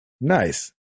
nice